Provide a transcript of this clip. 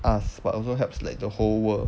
us but also helps like the whole world